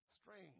strange